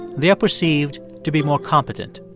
they are perceived to be more competent.